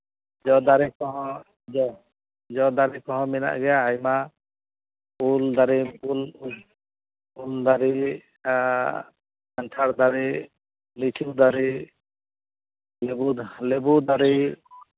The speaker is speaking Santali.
ᱡᱚ ᱫᱟᱨᱮ ᱠᱚᱦᱚᱸ ᱡᱚ ᱡᱚ ᱫᱟᱨᱮ ᱠᱚᱦᱚᱸ ᱢᱮᱱᱟᱜ ᱜᱮᱭᱟ ᱟᱭᱢᱟ ᱩᱞᱫᱟᱨᱮ ᱩᱞ ᱫᱟᱨᱮ ᱮᱸᱜ ᱠᱟᱱᱴᱷᱟᱲ ᱫᱟᱨᱮ ᱞᱤᱪᱩ ᱫᱟᱨᱮ ᱞᱮᱵᱩ ᱫᱟᱨᱮ ᱞᱮᱵᱩ ᱫᱟᱨᱮ